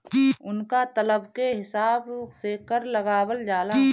उनका तलब के हिसाब से कर लगावल जाला